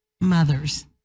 mothers